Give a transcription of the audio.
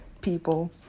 people